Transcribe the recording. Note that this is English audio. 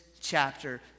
chapter